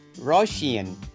Russian